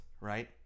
right